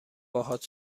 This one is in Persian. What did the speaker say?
باهات